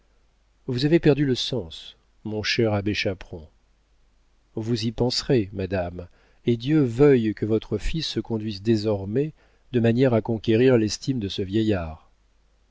vous avez perdu le sens mon cher abbé chaperon vous y penserez madame et dieu veuille que votre fils se conduise désormais de manière à conquérir l'estime de ce vieillard